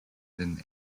than